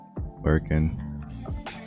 Working